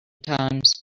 times